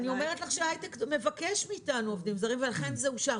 אני אומרת לך שההיי-טק מבקש מאתנו עובדים זרים ולכן זה אושר.